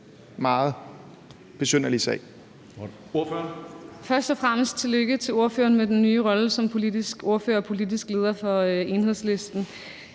meget besynderlige sag?